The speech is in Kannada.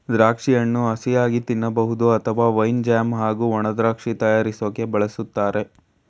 ದ್ರಾಕ್ಷಿಯನ್ನು ಹಸಿಯಾಗಿ ತಿನ್ಬೋದು ಅತ್ವ ವೈನ್ ಜ್ಯಾಮ್ ಹಾಗೂ ಒಣದ್ರಾಕ್ಷಿ ತಯಾರ್ರ್ಸೋಕೆ ಬಳುಸ್ತಾರೆ